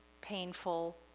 painful